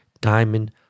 Diamond